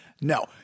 No